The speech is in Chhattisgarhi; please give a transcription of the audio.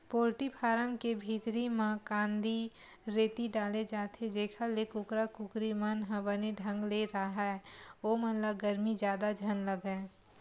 पोल्टी फारम के भीतरी म कांदी, रेती डाले जाथे जेखर ले कुकरा कुकरी मन ह बने ढंग ले राहय ओमन ल गरमी जादा झन लगय